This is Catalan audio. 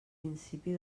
principi